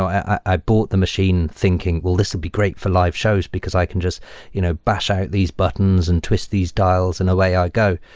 i bought the machine thinking, well, this would be great for live shows, because i can just you know bash these buttons and twists these dials and away i go,